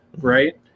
right